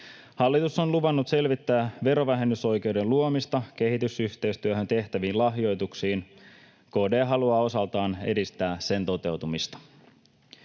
Hallitus on luvannut selvittää verovähennysoikeuden luomista kehitysyhteistyöhön tehtäviin lahjoituksiin. KD haluaa osaltaan edistää sen toteutumista.